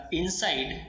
inside